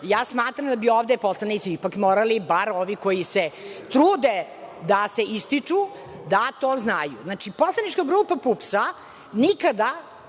ja smatram da bi ovde poslanici ipak morali, bar ovi koji se trude da se ističu, da to znaju. Poslanička grupa PUPS nikada,